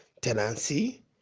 tenancy